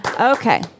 Okay